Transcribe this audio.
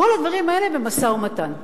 כל הדברים האלה, במשא-ומתן.